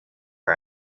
our